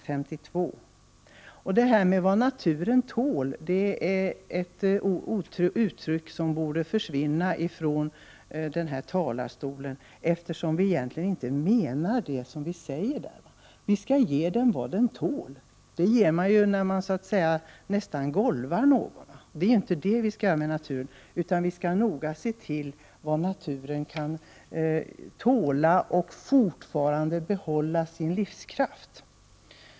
Uttrycket ”vad naturen tål” borde försvinna från debatten, eftersom vi egentligen inte menar det vi säger. Vi skall inte ge den vad den tål. Så säger man ju om man nästan golvar någon, så att säga. Det är inte det vi skall göra med naturen. Vi skall ta hänsyn till vad naturen tål för att ändå behålla sin livskraft.